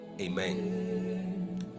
Amen